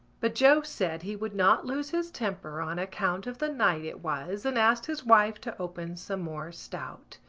but joe said he would not lose his temper on account of the night it was and asked his wife to open some more stout.